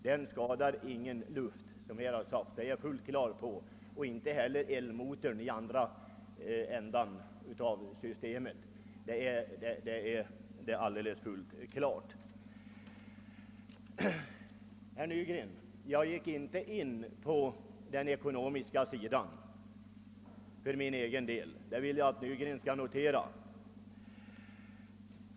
Det skadar ingen luft och det gör inte heller elmotorn i andra ändan av systemet. Jag gick inte in på den ekonomiska sidan av saken, det vill jag att herr Nygren skall notera.